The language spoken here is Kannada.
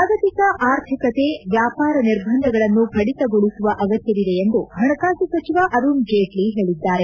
ಜಾಗತಿಕ ಆರ್ಥಿಕತೆ ವ್ಯಾಪಾರ ನಿರ್ಬಂಧಗಳನ್ನು ಕಡಿತಗೊಳಿಸುವ ಅಗತ್ತವಿದೆ ಎಂದು ಹಣಕಾಸು ಸಚಿವ ಅರುಣ್ ಜೇಟ್ಲ ಹೇಳಿದ್ದಾರೆ